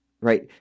right